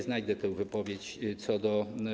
Znajdę tę wypowiedź co do.